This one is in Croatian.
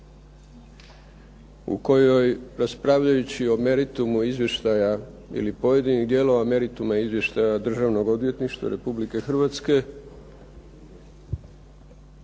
u kojoj raspravljajući o meritumu izvještaja ili pojedinih dijelova merituma izvještaja Državnog odvjetništva Republike Hrvatske